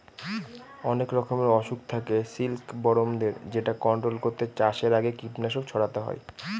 অনেক রকমের অসুখ থাকে সিল্কবরমদের যেটা কন্ট্রোল করতে চাষের আগে কীটনাশক ছড়াতে হয়